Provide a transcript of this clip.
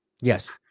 Yes